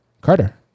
carter